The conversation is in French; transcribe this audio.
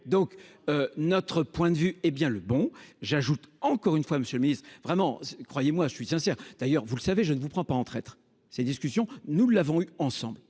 donc. Notre point de vue, hé bien le bon j'ajoute encore une fois, Monsieur le Ministre, vraiment, croyez-moi je suis sincère. D'ailleurs vous le savez, je ne vous prends pas en traître. Ces discussions, nous l'avons eu ensemble